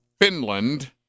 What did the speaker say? Finland